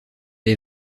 est